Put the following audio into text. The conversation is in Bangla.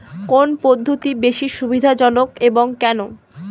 কোন পদ্ধতি বেশি সুবিধাজনক এবং কেন?